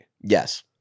Yes